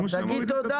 תגיד תודה